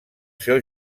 seu